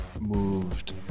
moved